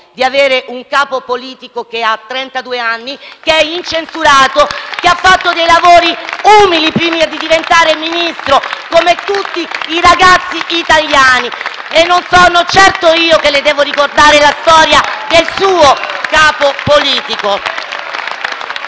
di avere un capo politico che ha trentadue anni, che è incensurato, che ha fatto dei lavori umili prima di diventare Ministro come tutti i ragazzi italiani e non sono certo io che le devo ricordare la storia del suo capo politico.